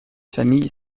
familles